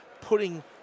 putting